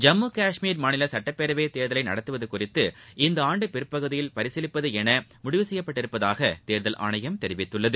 ஜம்மு கஷ்மீர் மாநில சட்டப்பேரவை தேர்தலை நடத்துவது குறித்து இந்த ஆண்டு பிற்பகுதியில் பரிசீலிப்பது என முடிவு செய்யப்பட்டுள்ளதாக தேர்தல் ஆணையம் தெரிவித்துள்ளது